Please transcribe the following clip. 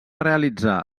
realitzar